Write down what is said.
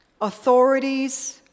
authorities